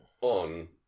on